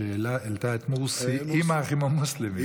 מהפכה שהעלתה את מורסי עם האחים המוסלמים.